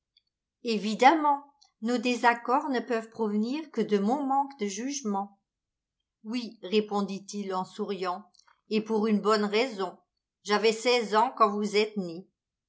évidemment nos désaccords ne peuvent provenir que de mon manque de jugement oui répondit-il en souriant et pour une bonne raison j'avais seize ans quand vous êtes née